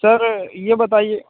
سر یہ بتائیے